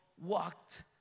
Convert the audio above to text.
walked